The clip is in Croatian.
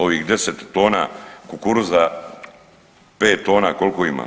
Ovih 10 tona kukuruza, 5 tona koliko imamo?